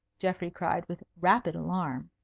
geoffrey cried, with rapid alarm.